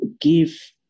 give